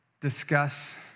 discuss